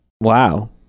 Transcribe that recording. Wow